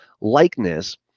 likeness